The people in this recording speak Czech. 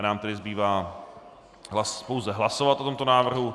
Nám tedy zbývá pouze hlasovat o tomto návrhu.